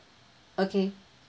okay